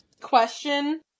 question